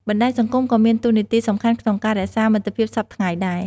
បណ្តាញសង្គមក៏មានតួនាទីសំខាន់ក្នុងការរក្សាមិត្តភាពសព្វថ្ងៃដែរ។